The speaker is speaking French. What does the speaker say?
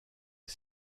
est